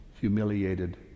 humiliated